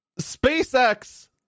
SpaceX